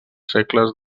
segles